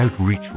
Outreach